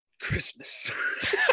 christmas